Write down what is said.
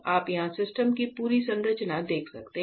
आप यहां सिस्टम की पूरी संरचना देख सकते हैं